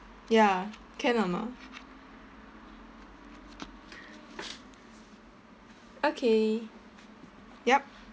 ya can or not okay yup